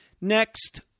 Next